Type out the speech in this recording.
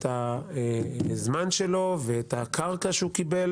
את הזמן שלו ואת הקרקע שהוא קיבל,